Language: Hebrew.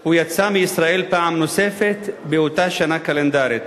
הוא יצא מישראל פעם נוספת באותה שנה קלנדרית.